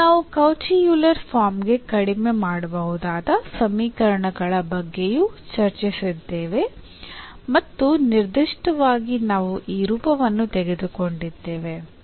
ಮತ್ತು ನಾವು Cauchy Euler ಫಾರ್ಮ್ಗೆ ಕಡಿಮೆ ಮಾಡಬಹುದಾದ ಸಮೀಕರಣಗಳ ಬಗ್ಗೆಯೂ ಚರ್ಚಿಸಿದ್ದೇವೆ ಮತ್ತು ನಿರ್ದಿಷ್ಟವಾಗಿ ನಾವು ಈ ರೂಪವನ್ನು ತೆಗೆದುಕೊಂಡಿದ್ದೇವೆ